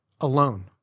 alone